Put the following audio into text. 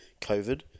COVID